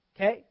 Okay